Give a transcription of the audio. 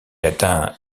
atteint